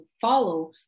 follow